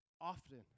often